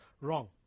wrong